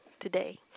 today